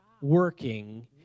working